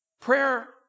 Prayer